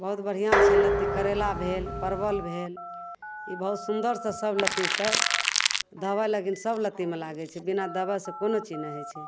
बहुत बढ़िआँ छै लत्ती करैला भेल परवल भेल ई बहुत सुन्दर से सब लत्तीके दवाइ लेकिन सब लत्तीमे लागै छै बिना दवाइसे कोनो चीज नहि होइ छै